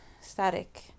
static